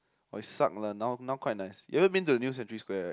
oh it suck lah now now quite nice you haven't been to new Century Square right